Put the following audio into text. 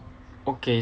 okay